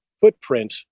footprint